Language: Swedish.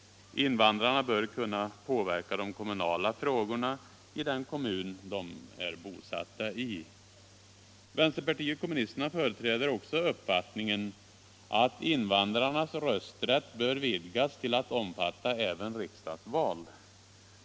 Invandrarna bör kunna påverka de kommunala frågorna i den kommun de är bosatta i. Vänsterpartiet kommunisterna företräder också uppfattningen att invandrarnas rösträtt bör vidgas till att omfatta även riksdagsval.